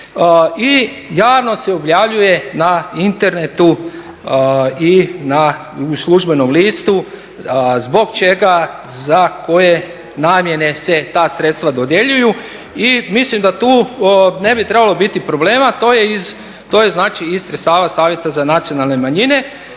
i javno se objavljuje na internetu i na službenom listu zbog čega, za koje namjene se ta sredstva dodjeljuju i mislim da tu ne bi trebalo biti problema, to je znači iz sredstava Savjeta za nacionalne manjine.